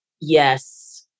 yes